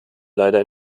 leider